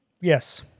Yes